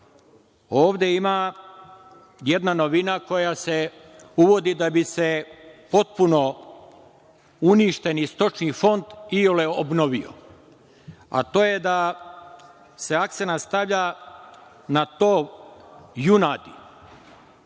ovde ima jedna novina koja se uvodi da bi se potpuno uništeni stočni fond iole obnovio, a to je da se akcenat stavlja na tov junadi,